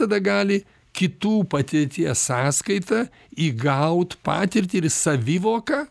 tada gali kitų patirties sąskaita įgaut patirtį ir savivoką